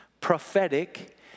prophetic